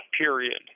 period